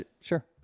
sure